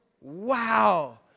Wow